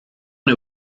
nhw